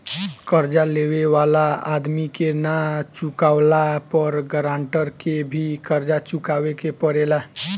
कर्जा लेवे वाला आदमी के ना चुकावला पर गारंटर के भी कर्जा चुकावे के पड़ेला